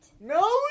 No